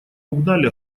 угнали